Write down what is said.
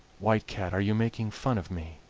white cat, are you making fun of me?